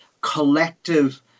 collective